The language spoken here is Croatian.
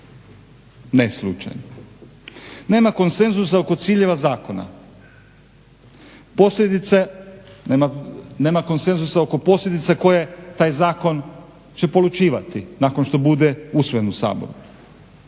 Ne slučajno! Nema konsenzusa oko ciljeva zakona. Posljedice, nema konsenzusa oko posljedica koje taj zakon će polučivati nakon što bude usvojen u Saboru.